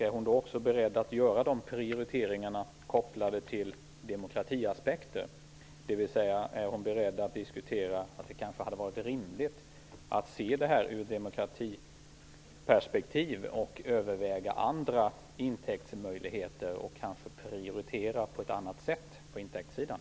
Är hon i så fall beredd att göra dessa prioriteringar kopplade till demokratiaspekter, dvs. är hon beredd att diskutera att det kanske hade varit rimligt att se förslaget ur demokratiperspektiv och överväga andra intäktsmöjligheter och därmed prioritera på ett annat sätt på intäktssidan?